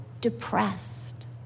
depressed